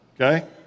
Okay